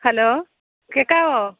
hello കേൾക്കാമോ